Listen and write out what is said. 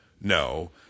No